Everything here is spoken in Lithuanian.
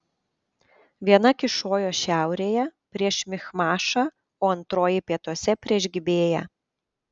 viena kyšojo šiaurėje prieš michmašą o antroji pietuose prieš gibėją